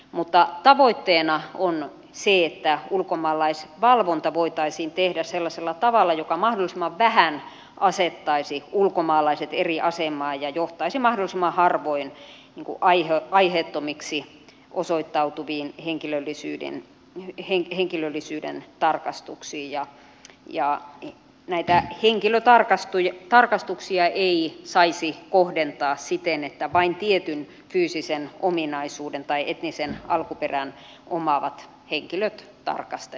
mutta tavoitteena on se että ulkomaalaisvalvonta voitaisiin tehdä sellaisella tavalla joka mahdollisimman vähän asettaisi ulkomaalaiset eri asemaan ja johtaisi mahdollisimman harvoin aiheettomiksi osoittautuviin henkilöllisyyden tarkastuksiin ja näitä henkilötarkastuksia ei saisi kohdentaa siten että vain tietyn fyysisen ominaisuuden tai etnisen alkuperän omaavat henkilöt tarkastettaisiin